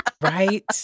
right